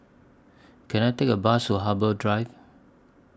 Can I Take A Bus to Harbour Drive